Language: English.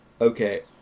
Okay